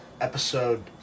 episode